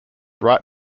right